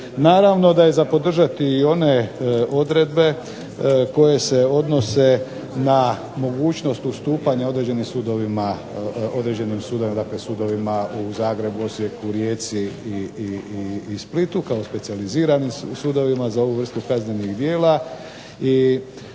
Naravno da je za podržati i one odredbe koje se odnose na mogućnost ustupanja određenim sudovima, dakle sudovima u Zagrebu, Osijeku, Rijeci i Splitu kao specijaliziranim sudovima za ovu vrstu kaznenih djela,